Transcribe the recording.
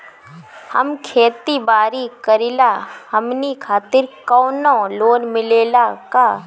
हम खेती बारी करिला हमनि खातिर कउनो लोन मिले ला का?